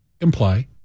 imply